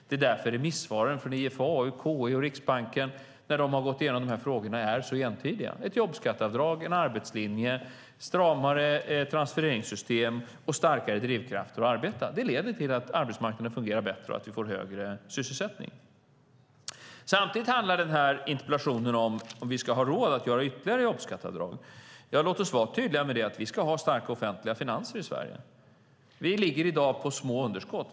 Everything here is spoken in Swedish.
Det är därför remissvaren från IFAU, KU och Riksbanken när de har gått igenom de här frågorna är så entydiga: Ett jobbskatteavdrag, en arbetslinje, stramare transfereringssystem och starkare drivkrafter för att arbeta leder till att arbetsmarknaden fungerar bättre och att vi får högre sysselsättning. Samtidigt handlar interpellationen om huruvida vi ska ha råd att göra ytterligare jobbskatteavdrag. Låt oss vara tydliga med att vi ska ha starka offentliga finanser i Sverige. Vi ligger i dag på små underskott.